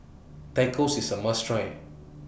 Tacos IS A must Try